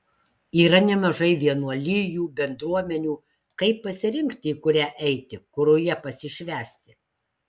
yra nemažai vienuolijų bendruomenių kaip pasirinkti į kurią eiti kurioje pasišvęsti